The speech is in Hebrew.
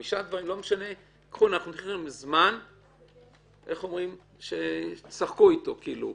לכם זמן שתשחקו אתו.